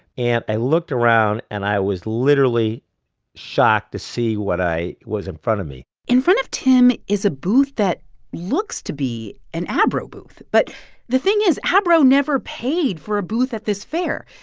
and i looked around, and i was literally shocked to see what was in front of me in front of tim is a booth that looks to be an abro booth. but the thing is abro never paid for a booth at this fair.